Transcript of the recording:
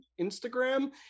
Instagram